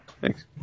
Thanks